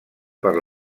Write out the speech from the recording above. per